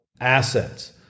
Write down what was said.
assets